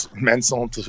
mental